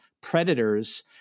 predators